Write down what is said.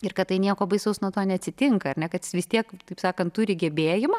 ir kad tai nieko baisaus nuo to neatsitinka ar ne kad jis vis tiek taip sakant turi gebėjimą